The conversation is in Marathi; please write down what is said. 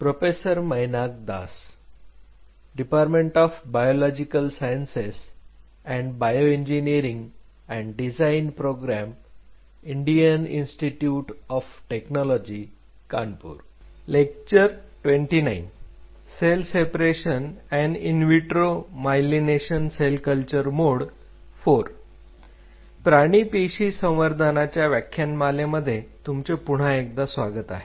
प्राणी पेशी संवर्धनाच्या व्याख्यानमाले मध्ये तुमचे पुन्हा एकदा स्वागत आहे